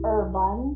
Urban